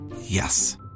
Yes